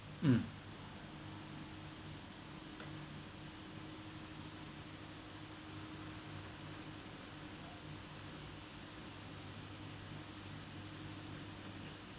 mm